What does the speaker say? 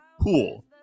Pool